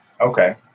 Okay